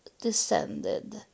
descended